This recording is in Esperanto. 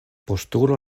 postulo